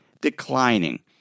declining